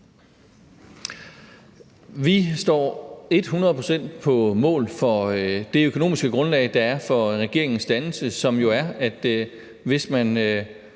et hundrede procent på mål for det økonomiske grundlag, der er for regeringens dannelse, som jo er, at hvis man